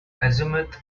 azimuth